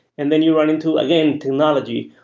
and then you run into, again, technology,